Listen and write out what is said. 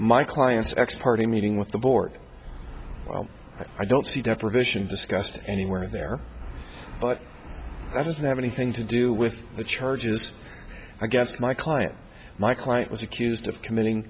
my client's ex parte meeting with the board well i don't see deprivation discussed anywhere there but that doesn't have anything to do with the charges against my client my client was accused of committing